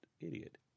idiot